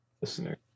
listener